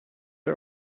are